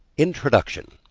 introduction